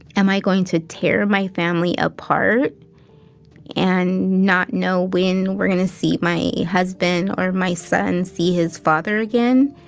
am i going to tear my family apart and not know when we're going to see my husband, or or my son see his father again?